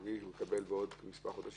הוא יקבל בעוד מספר חודשים,